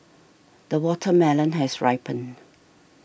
the watermelon has ripened